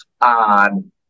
on